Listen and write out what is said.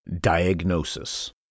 Diagnosis